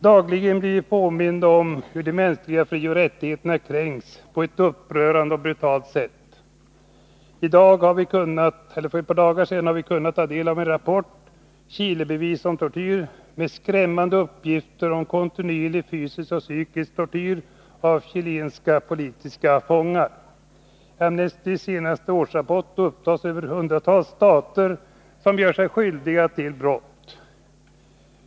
Dagligen blir vi påminda om hur mänskliga frioch rättigheter kränks på ett upprörande och brutalt sätt. För ett par dagar sedan kunde vi ta del av en rapport — Chile-bevis om tortyr — med skrämmande uppgifter om kontinuerlig fysisk och psykisk tortyr av chilenska politiska fångar. I Amnestys senaste årsrapport upptas över hundratalet stater som gör sig skyldiga till sådana brott.